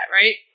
right